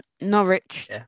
Norwich